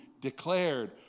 declared